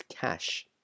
cash